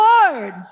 Lord